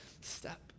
step